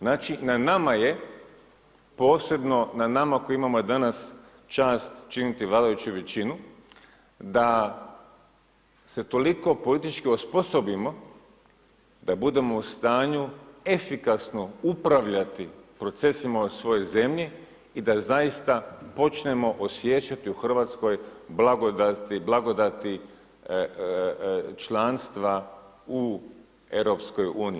Znači, na nama je, posebno na nama koji imamo danas čast činiti vladajuću većinu, da se toliko politički osposobimo da budemo u stanju efikasno upravljati procesima u svojoj zemlji i da zaista počnemo osjećati u Hrvatskoj blagodati članstva u EU.